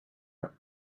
are